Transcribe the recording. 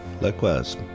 Likewise